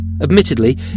Admittedly